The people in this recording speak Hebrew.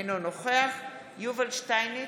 אינו נוכח יובל שטייניץ,